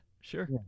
sure